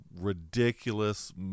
ridiculous